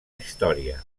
història